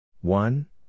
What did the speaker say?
One